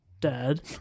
Dad